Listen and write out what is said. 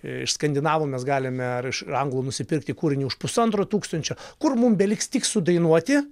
iš skandinavų mes galime ar iš anglų nusipirkti kūrinį už pusantro tūkstančio kur mum beliks tik sudainuoti